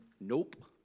Nope